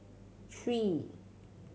three